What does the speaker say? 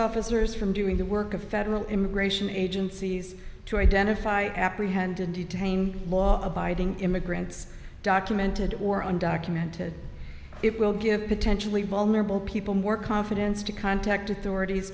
officers from doing the work of federal immigration agencies to identify apprehend to detain law abiding immigrants documented or undocumented it will give potentially vulnerable people more confidence to contact authorities